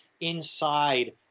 inside